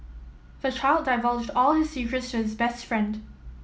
the child divulged all his secrets to his best friend